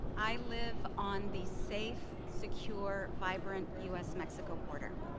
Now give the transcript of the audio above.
i live on the safe, secure, vibrant u s mexico border.